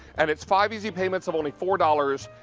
and it's five easy payments of only four dollars.